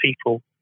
people